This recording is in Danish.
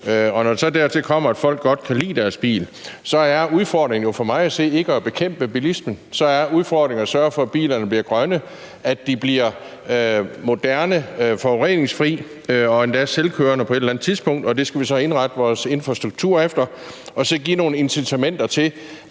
og når så dertil kommer, at folk godt kan lide deres bil, så er udfordringen for mig at se jo ikke at bekæmpe bilismen, men at sørge for, at bilerne bliver grønne, at de bliver moderne og forureningsfri og endda selvkørende på et eller andet tidspunkt. Det skal vi så indrette vores infrastruktur efter og så give nogle incitamenter til,